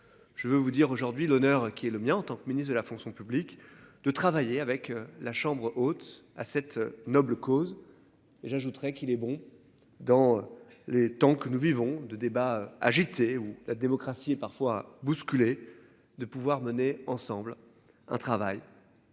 Je veux vous dire aujourd'hui, l'honneur qui est le mien en tant que ministre de la fonction publique de travailler avec la chambre haute à cette noble cause. Et j'ajouterais qu'il est bon dans les temps que nous vivons de débats agités où la démocratie est parfois bousculé. De pouvoir mener ensemble un travail.